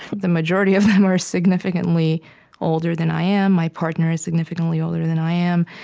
the majority of them, are significantly older than i am. my partner is significantly older than i am.